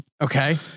Okay